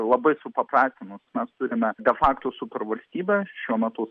labai supaprastinus mes turime de fakto supervalstybę šiuo metu